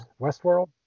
westworld